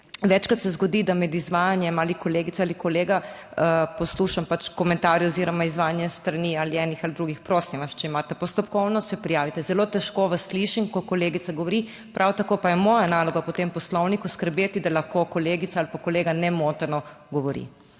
večkrat se zgodi, da med izvajanjem ali kolegice ali kolega poslušam pač komentarje oziroma izvajanje s strani ali enih ali drugih. Prosim vas, če imate postopkovno, se prijavite. Zelo težko vas slišim, ko kolegica govori. Prav tako pa je moja naloga po tem poslovniku skrbeti, da lahko kolegica ali pa kolega nemoteno govori.